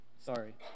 Sorry